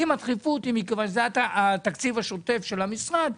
אם הדחיפות היא מכיוון שזה התקציב השוטף של המשרד,